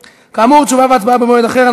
תשובה והצבעה במועד אחר.